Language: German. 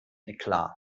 eklat